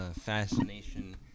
fascination